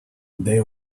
they